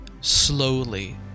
slowly